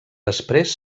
després